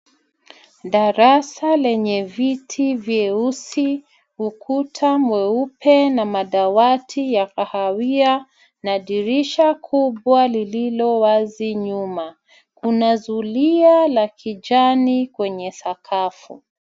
Darasa lenye viti vyeusi, ukuta mweupe na madawati ya kahawia na dirisha kubwa lililo wazi nyuma, una zuilia la kijani kwenye sakafu.